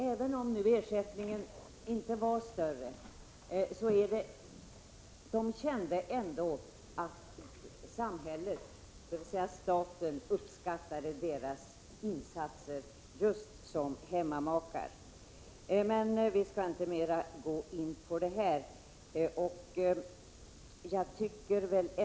Även om ersättningen inte var större kände de att samhället, dvs. staten, uppskattade deras insatser just som hemmamakar. Men vi skall inte gå in mera på det här.